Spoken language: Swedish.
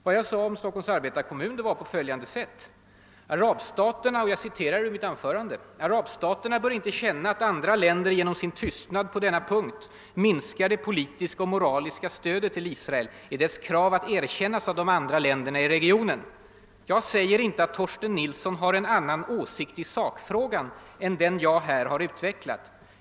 Vad jag sade om Stockholms arbetarekommun var följande — jag citerar ur mitt anförande: »Arabstaterna bör inte känna att andra länder genom sin tystnad på denna punkt minskar det por litiska och moraliska stödet till Israel i dess krav att erkännas av de andra länderna i regionen. Jag säger inte alt Torsten Nilsson har en annan åsikt i sakfrågan än den jag här har utvecklat.